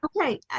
Okay